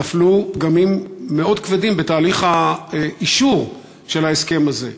נפלו פגמים מאוד כבדים בתהליך האישור של ההסכם הזה.